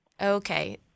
Okay